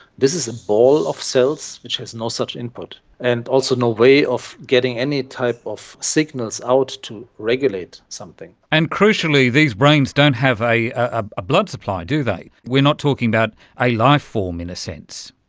this is a ball of cells which has no such input and also no way of getting any type of signals out to regulate something. and crucially these brains don't have a a blood supply, do they. we're not talking about a life form, in a sense.